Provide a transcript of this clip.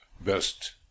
best